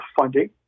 funding